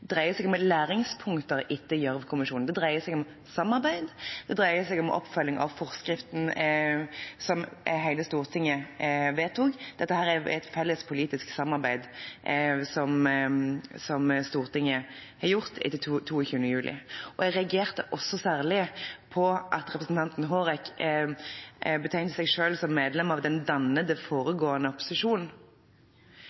dreier seg om læringspunkter etter Gjørv-kommisjonen. Det dreier seg om samarbeid, det dreier seg om oppfølging av forskriften som hele Stortinget vedtok. Dette er et felles politisk samarbeid som Stortinget har hatt etter 22. juli. Jeg reagerte også særlig på at representanten Hårek Elvenes betegner seg selv som medlem av den